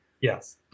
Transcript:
Yes